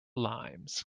limes